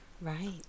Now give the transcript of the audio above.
right